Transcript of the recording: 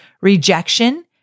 rejection